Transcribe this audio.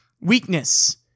weakness